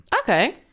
Okay